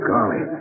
Golly